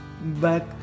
back